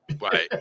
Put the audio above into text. Right